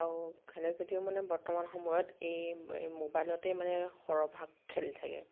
আৰু খেলে যদিও মানে বৰ্তমান সময়ত এই এই মোবাইলতে মানে সৰহভাগ খেলি থাকে